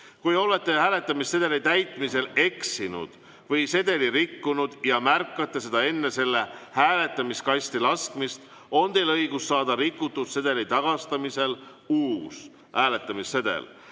Kui olete hääletamissedeli täitmisel eksinud või sedeli rikkunud ja märkate seda enne selle hääletamiskasti laskmist, on teil õigus saada rikutud sedeli tagastamisel uus hääletamissedel.